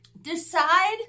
Decide